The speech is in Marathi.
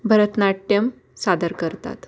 भरतनाट्यम सादर करतात